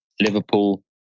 Liverpool